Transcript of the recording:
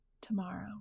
tomorrow